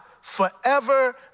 forever